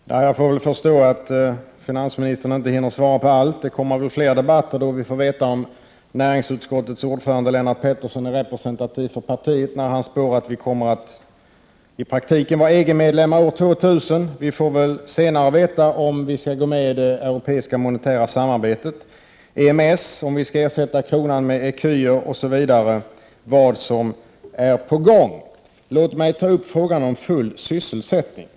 Herr talman! Jag får väl förstå att finansministern inte hinner svara på allt. Det kommer väl fler debatter då vi får veta om näringsutskottets ordförande Lennart Pettersson är representativ för partiet, när han spår att vi kommer att i praktiken vara EG-medlemmar år 2000. Vi får väl senare veta om vi skall gå med i det europeiska monetära samarbetet EMS, om vi skall ersätta kronan med ECU och vad som är på gång. Låt mig ta upp frågan om full sysselsättning.